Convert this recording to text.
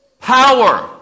Power